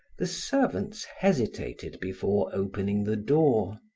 the servants hesitated before opening the door.